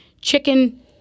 Chicken